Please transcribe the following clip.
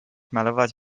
malować